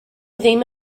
ddim